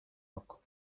yok